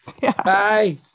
Bye